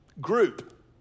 group